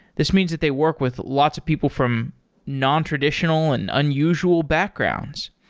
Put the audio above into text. this means that they work with lots of people from nontraditional and unusual backgrounds.